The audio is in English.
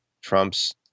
Trump's